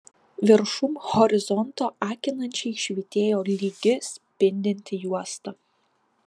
viršum horizonto akinančiai švytėjo lygi spindinti juosta